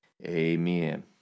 Amen